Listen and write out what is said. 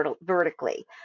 vertically